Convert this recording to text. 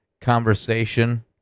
conversation